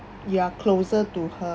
ya closer to her